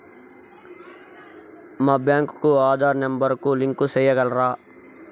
మా బ్యాంకు కు ఆధార్ నెంబర్ కు లింకు సేయగలరా?